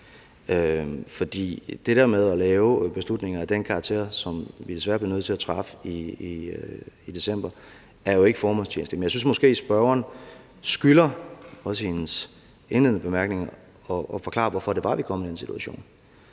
For det der med at træffe beslutninger af den karakter, som vi desværre blev nødt til at træffe i december, er jo ikke formålstjenligt. Men jeg synes måske, at spørgeren også i sine indledende bemærkninger skylder at forklare, hvorfor det var, vi kom i den situation.